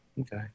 Okay